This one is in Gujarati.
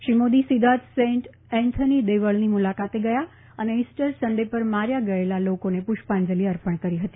શ્રી મોદી સીધા જ સેન્ટ એન્થની દેવળની મુલાકાતે ગયા અને ઈસ્ટર સન્ડે પર માર્યા ગયેલા લોકોને પુષ્પાંજલી અર્પણ કરી હતી